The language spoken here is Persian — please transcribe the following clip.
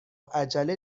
عجله